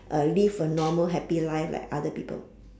uh leave a normal happy life like other people